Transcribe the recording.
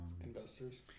Investors